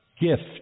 gift